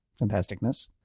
Fantasticness